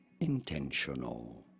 Intentional